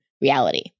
reality